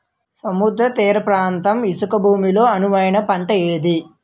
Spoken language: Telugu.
సముద్ర తీర ప్రాంత ఇసుక భూమి లో అనువైన పంట ఏది?